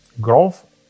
growth